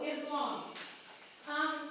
Islam